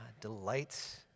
delights